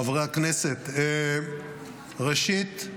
חברי הכנסת, ראשית,